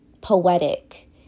poetic